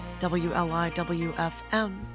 WLIWFM